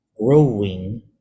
growing